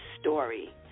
story